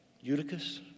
Eutychus